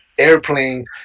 airplane